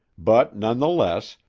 but, nonetheless,